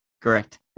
correct